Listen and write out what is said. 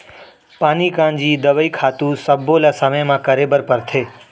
पानी कांजी, दवई, खातू सब्बो ल समे म करे बर परथे